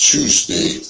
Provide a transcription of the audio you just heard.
Tuesday